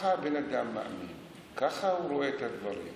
ככה הבן אדם מאמין, ככה הוא רואה את הדברים.